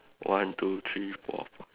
one two three four